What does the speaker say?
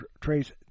Trace